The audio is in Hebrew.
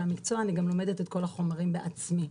המקצוע אלא גם לומדת את כל החומר בעצמי.